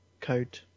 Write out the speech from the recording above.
code